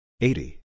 Eighty